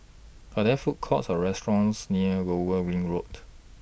Are There Food Courts Or restaurants near Lower Ring Road